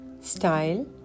style